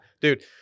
Dude